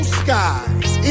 skies